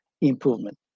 improvement